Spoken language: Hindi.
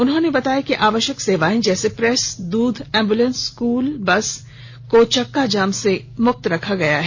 उन्होंने बताया कि आवश्यक सेवाएं जैसे प्रेस दूध एंबुलेंस स्कूल बस आदि को चक्का जाम से मुक्त रखा गया है